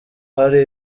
hari